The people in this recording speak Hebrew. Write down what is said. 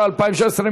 התשע"ו 2016,